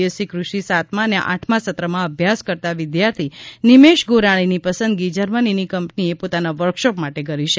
એસસીક્રષિ સાતમા અને આઠમા સત્રમાં અભ્યાસ કરતા વિદ્યાર્થી નિમેષ ગોરાણીની પસંદગી જર્મનીની કંપનીએ પોતાના વર્કશોપ માટે કરી છે